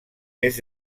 més